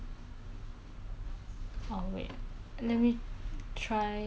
你最喜欢观看哪一种电电影或者电视节目